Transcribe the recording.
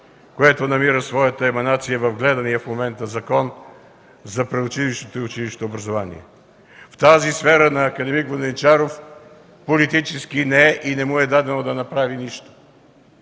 което намира своята еманация в гледания в момента Закон за предучилищното и училищното образование. В тази сфера на акад. Воденичаров политически не е и не му е дадено да направи нищо.